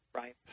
right